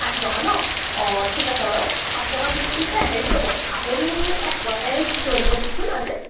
ষাঠি টকা ন অঁ ঠিক আছে বাৰু ষাঠি টকা কিলো দিছে হেৰি কৰিব আপুনি এপোৱাকে জুখি থৈ দিব দিচোন আজি